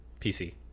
PC